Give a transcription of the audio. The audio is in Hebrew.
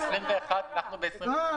אנחנו ב-2021.